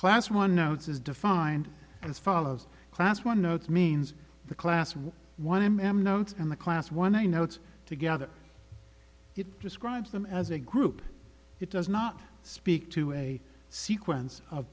class one notes is defined as follows class one notes means the class and one m m notes and the class one i know it's together it describes them as a group it does not speak to a sequence of